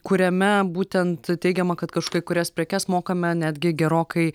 kuriame būtent teigiama kad už kai kurias prekes mokame netgi gerokai